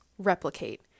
replicate